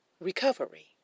recovery